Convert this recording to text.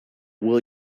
will